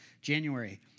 January